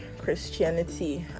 Christianity